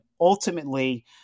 ultimately